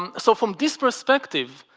um so from this perspective,